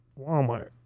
walmart